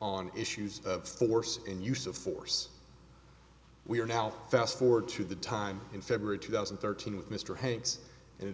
on issues of force and use of force we are now fast forward to the time in february two thousand and thirteen with mr hanks and it